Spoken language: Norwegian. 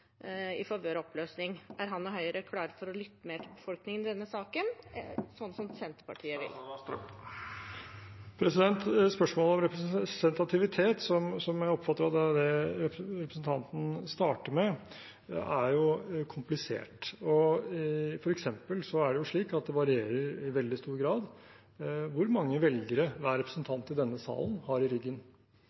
i favør av oppløsning? Er han og Høyre klare for å lytte mer til befolkningen i denne saken, sånn som Senterpartiet gjør? Spørsmålet om representativitet, som jeg oppfattet at var det representanten startet med, er komplisert. Det er f.eks. slik at det varierer i veldig stor grad hvor mange velgere hver representant i denne salen har i ryggen.